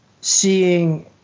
seeing